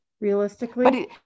realistically